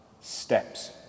steps